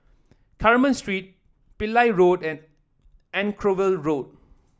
Carmen Street Pillai Road and Anchorvale Road